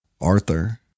Arthur